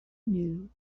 knew